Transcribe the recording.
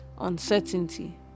uncertainty